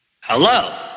Hello